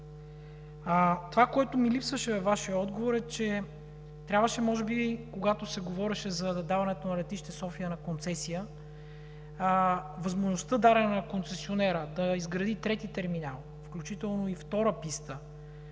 Това, което ми липсваше във Вашия отговор, е, че може би, когато се говореше за отдаването на летище София на концесия, възможността, дадена на концесионера, да изгради трети терминал, включително и втора писта,